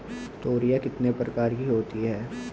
तोरियां कितने प्रकार की होती हैं?